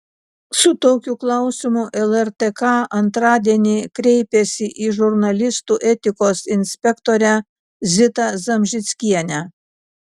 su tokiu klausimu lrtk antradienį kreipėsi į žurnalistų etikos inspektorę zitą zamžickienę